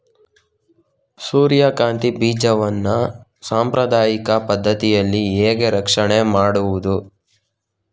ಸೂರ್ಯಕಾಂತಿ ಬೀಜವನ್ನ ಸಾಂಪ್ರದಾಯಿಕ ಪದ್ಧತಿಯಲ್ಲಿ ಹೇಗೆ ರಕ್ಷಣೆ ಮಾಡುವುದು